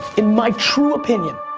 in my true opinion,